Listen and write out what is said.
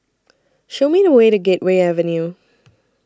Show Me The Way to Gateway Avenue